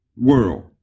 world